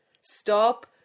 Stop